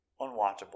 unwatchable